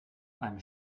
einem